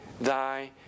thy